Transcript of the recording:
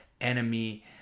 enemy